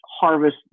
harvest